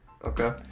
okay